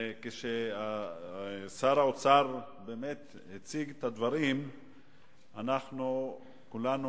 וכששר האוצר באמת הציג את הדברים אנחנו כולנו